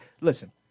Listen